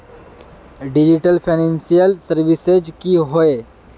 Digital financial services की होय?